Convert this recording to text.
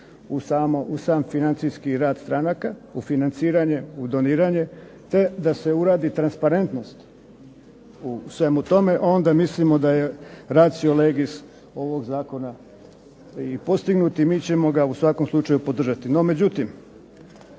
u sam financijski rad stranaka, u financiranje, u doniranje, te da se uradi transparentnost u svemu tome, onda mislimo da je racio legis ovog zakona i postignut i mi ćemo ga u svakom slučaju podržati.